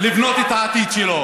לבנות את העתיד שלו.